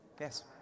Yes